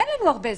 אין לנו הרבה זמן.